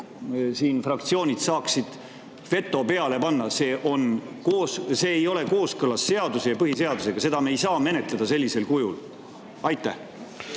teised fraktsioonid saaksid veto peale panna. See ei ole kooskõlas seaduse ja põhiseadusega, me ei saa seda sellisel kujul